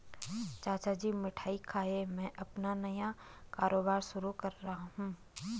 चाचा जी मिठाई खाइए मैं अपना नया कारोबार शुरू कर रहा हूं